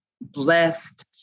blessed